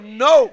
no